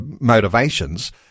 motivations